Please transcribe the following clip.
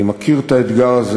אני מכיר את האתגר הזה.